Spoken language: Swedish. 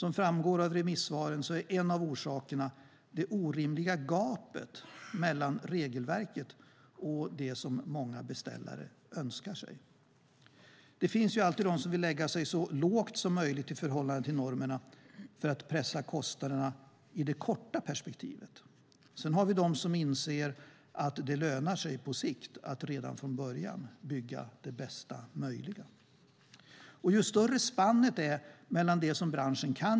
Som framgår av remissvaren är en av orsakerna det orimliga gapet mellan regelverket och det som många beställare önskar sig. Det finns alltid de som vill lägga sig så lågt som möjligt i förhållande till normerna för att pressa kostnaderna i det korta perspektivet. Sedan har vi de som inser att det lönar sig på sikt att redan från början bygga det bästa möjliga.